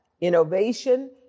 innovation